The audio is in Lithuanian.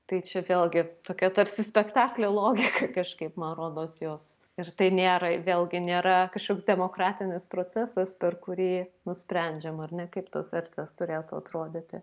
tai čia vėlgi tokia tarsi spektaklio logika kažkaip man rodos jos ir tai nėra vėlgi nėra kažkoks demokratinis procesas per kurį nusprendžiama ar ne kaip tos erdvės turėtų atrodyti